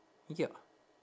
ya